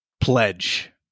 pledge